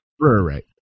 Right